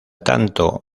tanto